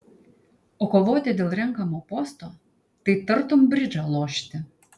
o kovoti dėl renkamo posto tai tartum bridžą lošti